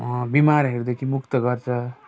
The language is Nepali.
बिमारहरूदेखि मुक्त गर्छ